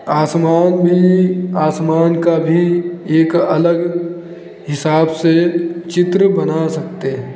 आसमान में आसमान का भी एक अलग हिसाब से चित्र बना सकते हैं